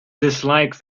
disliked